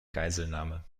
geiselnahme